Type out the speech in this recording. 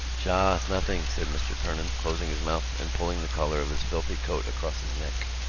sha, s nothing, said mr. kernan, closing his mouth and pulling the collar of his filthy coat across his neck.